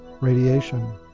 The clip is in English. radiation